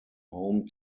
home